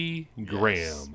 Graham